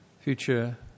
future